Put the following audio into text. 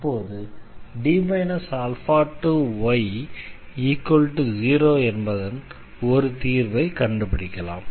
இப்போது y0 என்பதன் ஒரு தீர்வை கண்டுபிடிக்கலாம்